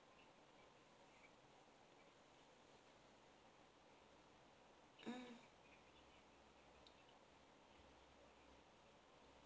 mm